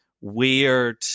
weird